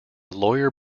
lawyer